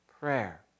prayer